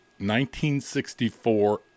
1964